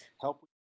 help